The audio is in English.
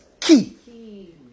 key